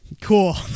Cool